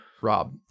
Rob